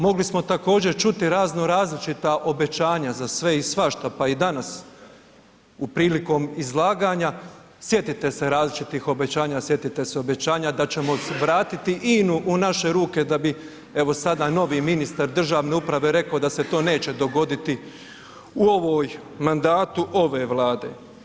Mogli smo također čuti razno različita obećanja za sve i svašta pa i danas prilikom izlaganja, sjetite se različitih obećanja, sjetite se obećanja da ćemo vratiti INA-u u naše ruke da bi evo sada novi ministar državne uprave rekao da se to neće dogoditi u ovom mandatu ove Vlade.